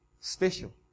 special